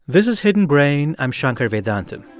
this is hidden brain. i'm shankar vedantam.